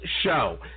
show